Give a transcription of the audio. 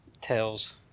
Tails